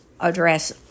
address